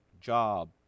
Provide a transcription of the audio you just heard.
job